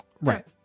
Right